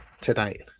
tonight